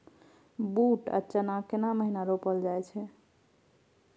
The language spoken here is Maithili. बूट आ चना केना महिना रोपल जाय छै?